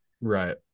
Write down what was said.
Right